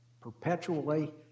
perpetually